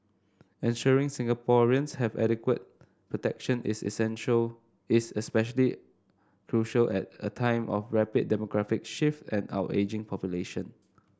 ensuring Singaporeans have adequate protection is essential is especially crucial at a time of rapid demographic shift and our ageing population